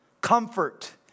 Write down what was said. Comfort